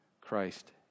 Christ